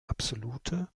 absolute